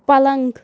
پلنٛگ